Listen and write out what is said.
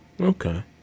okay